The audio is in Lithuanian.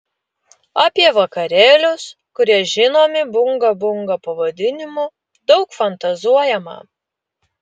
apie vakarėlius kurie žinomi bunga bunga pavadinimu daug fantazuojama